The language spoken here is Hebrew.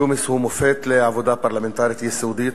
ג'ומס הוא מופת לעבודה פרלמנטרית יסודית,